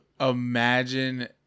imagine